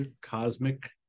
cosmic